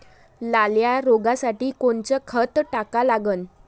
लाल्या रोगासाठी कोनचं खत टाका लागन?